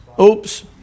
Oops